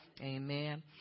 Amen